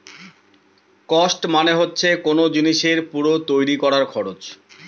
cost মানে হচ্ছে কোন জিনিসের পুরো তৈরী করার খরচ